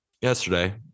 yesterday